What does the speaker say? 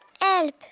Help